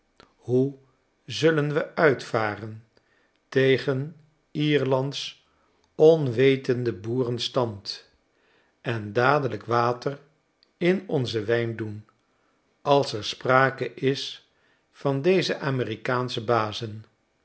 hoe zullen we uitvaren tegen i er lands onwetenden boerenstand en dadelijk water in onzen wijn doen als er prake is van deze amerikaansche bazen